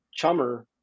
chummer